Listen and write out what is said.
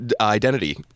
identity